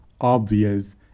obvious